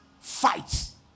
fights